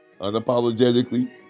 Unapologetically